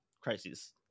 crises